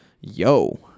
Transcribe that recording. Yo